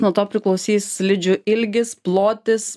nuo to priklausys slidžių ilgis plotis